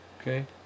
Okay